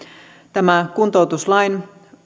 tämä kuntoutuslain